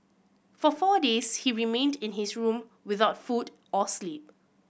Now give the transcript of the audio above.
for four days he remained in his room without food or sleep